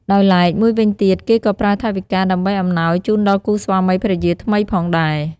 ដោយឡែកមួយវិញទៀត គេក៏ប្រើថវិកា ដើម្បីអំណោយជូនដល់គូស្វាមីភរិយាថ្មីផងដែរ។